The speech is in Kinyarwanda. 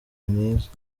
mwiza